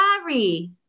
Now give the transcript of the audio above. sorry